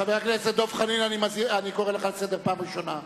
חבר הכנסת דב חנין, אני קורא לך לסדר פעם ראשונה.